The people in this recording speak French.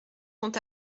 sont